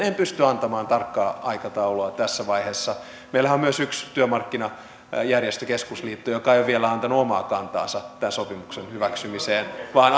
en pysty antamaan tarkkaa aikataulua tässä vaiheessa meillähän on myös yksi työmarkkinajärjestökeskusliitto joka ei ole vielä antanut omaa kantaansa tämän sopimuksen hyväksymiseen vaan